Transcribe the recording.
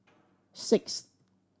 six